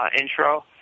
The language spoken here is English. intro